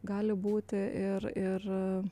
gali būti ir ir